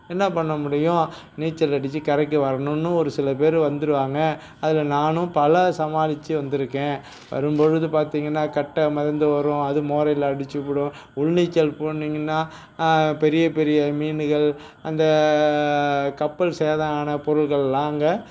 என்ன பண்ண முடியும் நீச்சல் அடிச்சு கரைக்கி வரணுன்னு ஒரு சில பேர் வந்துருவாங்கள் அதில் நானும் பல சமாளிச்சு வந்திருக்கேன் வரும்பொழுது பார்த்தீங்கன்னா கட்டை மிதந்து வரும் அது மோரையில் அடிச்சிப்புடும் உள் நீச்சல் போனீங்கன்னால் பெரிய பெரிய மீனுகள் அந்த கப்பல் சேதம் ஆன பொருள்கள்லாம் அங்கே